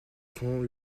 font